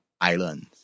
islands